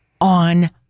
on